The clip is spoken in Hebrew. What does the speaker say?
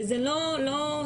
וזה לא סתם,